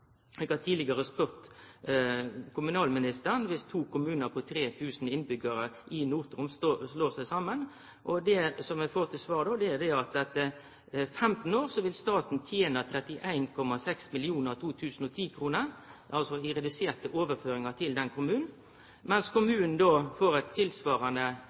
Eg har tidlegare spurt kommunalministeren om kva viss to kommunar på 3 000 innbyggjarar i Nord-Troms slår seg saman. Det eg får til svar då, er at etter 15 år vil staten tene 31,6 mill. 2010-kroner – altså i reverserte overføringar til den kommunen, mens kommunen då får ein tilsvarande